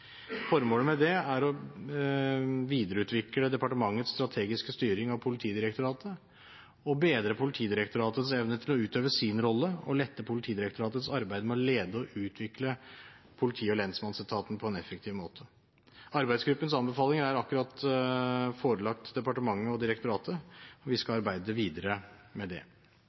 Formålet med det er å videreutvikle departementets strategiske styring av Politidirektoratet, bedre Politidirektoratets evne til å utøve sin rolle og lette Politidirektoratets arbeid med å lede og utvikle politi- og lensmannsetaten på en effektiv måte. Arbeidsgruppens anbefaling er akkurat forelagt departementet og direktoratet, og vi skal